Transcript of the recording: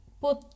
put